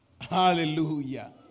hallelujah